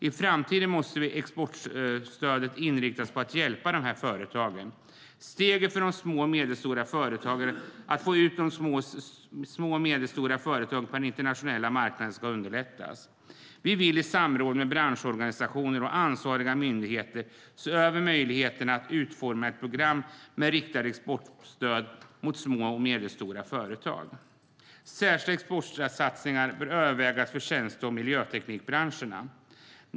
I framtiden måste exportstödet inriktas på att hjälpa de här företagen. Stegen för de små och medelstora företagen att komma ut på den internationella marknaden ska underlättas. Vi vill i samråd med branschorganisationer och ansvariga myndigheter se över möjligheterna att utforma ett program med ett riktat exportstöd mot små och medelstora företag. Särskilda exportsatsningar bör övervägas för tjänste och miljöteknikbranscherna.